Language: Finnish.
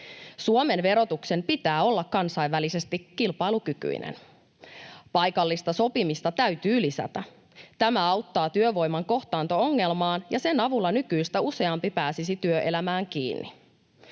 Suomen verotuksen pitää olla kansainvälisesti kilpailukykyinen. Paikallista sopimista täytyy lisätä — tämä auttaa työvoiman kohtaanto-ongelmaan, ja sen avulla nykyistä useampi pääsisi työelämään kiinni.